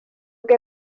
que